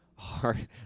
Hard